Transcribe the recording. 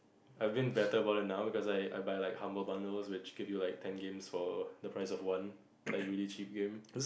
I've been better about it now because I I buy like humble bundles which give you like ten games for the price of one like really cheap game